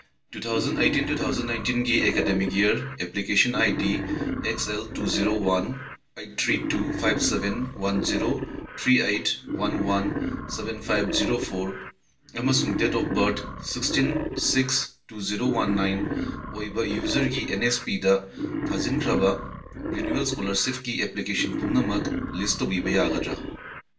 two thousand eighteen two thousand ꯅꯥꯏꯟꯇꯤꯟꯒꯤ academic year application I D X L two zero one eight three two five seven one zero three eight one one seven five zero four ꯑꯃꯁꯨꯡ date of birth sixteen six two zero one nine ꯑꯣꯏꯕ ꯌꯨꯖꯔꯒꯤ ꯑꯦꯟ ꯑꯦꯁꯄꯤꯗ ꯊꯥꯖꯤꯟꯈ꯭ꯔꯕ renewal ꯏꯁꯀꯣꯂꯥꯔꯁꯤꯞꯀꯤ application ꯄꯨꯝꯅꯃꯛ ꯂꯤꯁ ꯇꯧꯕꯤꯕ ꯌꯥꯒꯗ꯭ꯔꯥ